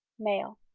male.